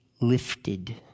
lifted